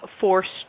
forced